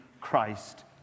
Christ